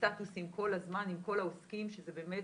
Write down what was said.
סטטוסים כל הזמן עם כל העוסקים שזה באמת